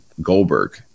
Goldberg